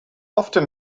often